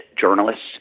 journalists